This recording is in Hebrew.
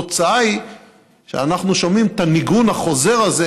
התוצאה היא שאנחנו שומעים את הניגון החוזר הזה